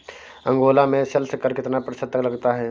Angola में sales कर कितना प्रतिशत तक लगता है?